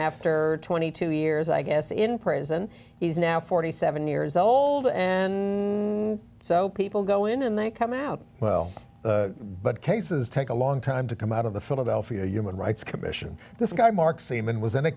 after twenty two years i guess in prison he's now forty seven years old so people go in and they come out well but cases take a long time to come out of the philadelphia human rights commission this guy mark seaman was in a